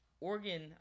Oregon